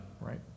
Right